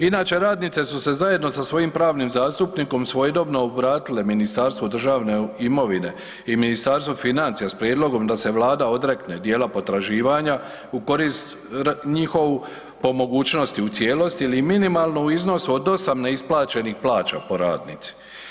Inače radnice su se zajedno sa svojim pravnim zastupnikom svojedobno obratile Ministarstvu državne imovine i Ministarstvu financija s prijedlogom da se vlada odrekne dijela potraživanja u korist njihovu po mogućnosti u cijelosti ili minimalno u iznosu od 8 neisplaćenih plaća po radnici.